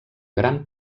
gran